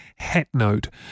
Hatnote